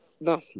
No